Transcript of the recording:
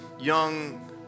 young